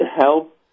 help